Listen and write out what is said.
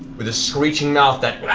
with a screeching mouth that